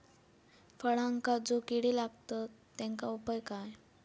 फळांका जो किडे लागतत तेनका उपाय काय?